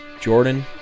Jordan